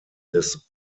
des